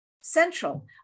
Central